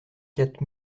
quatre